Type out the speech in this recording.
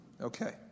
Okay